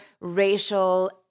racial